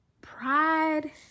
pride